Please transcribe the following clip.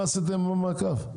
מה עשיתם עם המעקב.